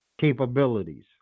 capabilities